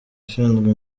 ushinzwe